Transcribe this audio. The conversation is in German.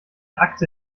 akte